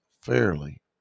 fairly